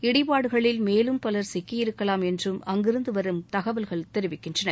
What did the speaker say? இடிபாடுகளில் மேலும் பலர் சிக்கி இருக்கலாம் என்றும் அங்கிருந்துவரும் தகவல்கள் தெரிவிக்கின்றன